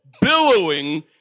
billowing